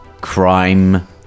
crime